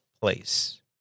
place